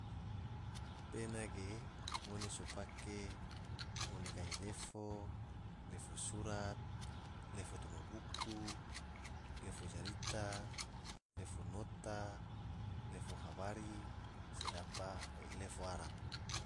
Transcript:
Pena ge ngone so pake ngone gahi lefo, lefo surat, lefo toma buku, lefo jarita, lefo nota, lefo habari, sedaba lefo arab.